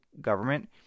government